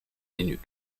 linux